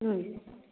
ও